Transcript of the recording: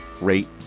rate